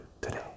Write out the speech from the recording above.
today